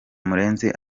murenzi